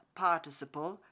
participle